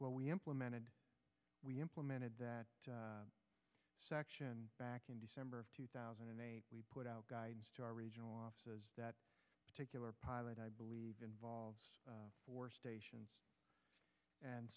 well we implemented we implemented that section back in december of two thousand and put out guidance to our regional offices that particular pilot i believe involves four stations and